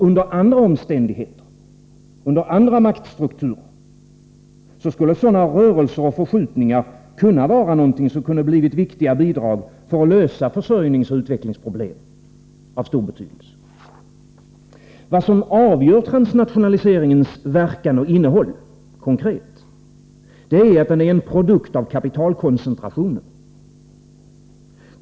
Under andra omständigheter, under andra maktstruktufer; skalle FANA Töres och TOrSkjulningar kunna vara något som kunde ha Utländska förvärv blivit till viktiga bidrag för att lösa försörjningsoch utvecklingsproblem av 2 av svenska företag stor betydelse. SE Vad som avgör transnationaliseringens verkan och innehåll konkret är att den är en produkt av kapitalkoncentrationen.